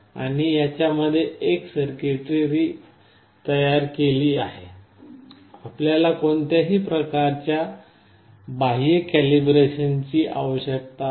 आणि याच्या मध्ये सर्व सर्किटरी तयार केली आहे आपल्याला कोणत्याही प्रकारच्या बाह्य कॅलिब्रेशनची आवश्यकता नाही